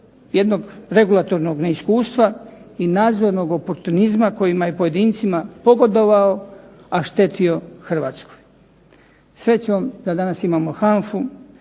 jednog regulatornog neiskustva i nadzornog oportunizma kojima je pojedincima pogodovao, a štetio Hrvatskoj. Srećom da danas imamo